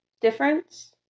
difference